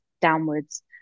downwards